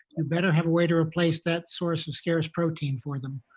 and better have a way to replace that source of scarce protein for them,